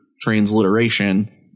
transliteration